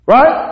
Right